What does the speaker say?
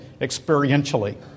experientially